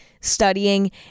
studying